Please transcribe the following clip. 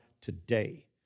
today